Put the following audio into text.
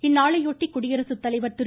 இந்நாளையொட்டி குடியரசு தலைவர் திரு